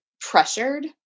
pressured